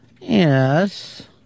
Yes